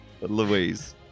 Louise